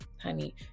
honey